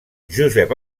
josep